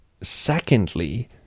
secondly